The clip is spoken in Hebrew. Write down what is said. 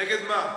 נגד מה?